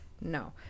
no